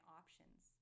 options